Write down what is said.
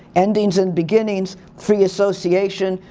endings and beginnings, free association,